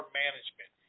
management